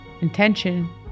intention